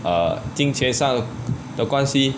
err 金钱上的关系